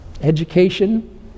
education